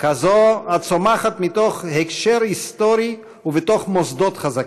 כזאת הצומחת מתוך הקשר היסטורי ובתוך מוסדות חזקים,